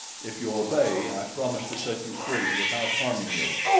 if you obey, i promise to set you free without harming you.